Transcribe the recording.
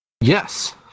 Yes